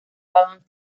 balance